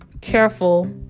careful